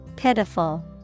Pitiful